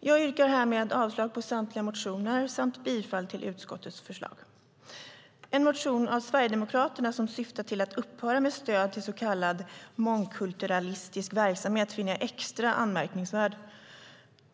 Jag yrkar härmed avslag på samtliga reservationer och bifall till utskottets förslag. En reservation av Sverigedemokraterna som syftar till att upphöra med stöd till så kallad mångkulturalistisk verksamhet finner jag extra anmärkningsvärd.